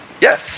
Yes